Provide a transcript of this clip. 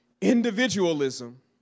individualism